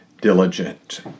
diligent